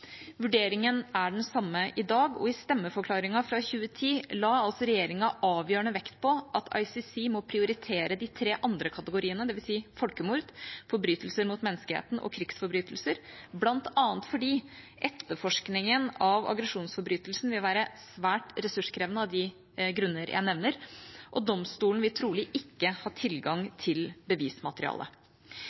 Vurderingen er den samme i dag, og i stemmeforklaringen fra 2010 la regjeringa avgjørende vekt på at ICC må prioritere de tre andre kategoriene, dvs. folkemord, forbrytelser mot menneskeheten og krigsforbrytelser, bl.a. fordi etterforskningen av aggresjonsforbrytelser vil være svært ressurskrevende, av de grunner jeg nevner, og domstolen vil trolig ikke ha tilgang til bevismaterialet.